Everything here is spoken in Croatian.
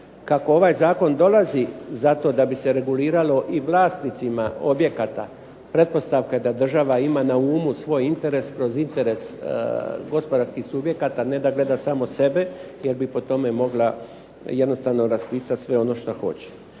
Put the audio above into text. Kako ovaj zakon dolazi zato da bi se reguliralo i vlasnicima objekata pretpostavka da država ima na umu svoj interes kroz interes gospodarskih subjekata, ne da gleda samo sebe, jer bi po tome mogla jednostavno raspisati sve ono šta hoće.